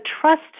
trust